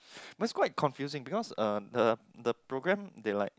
but it's quite confusing because uh the the program they like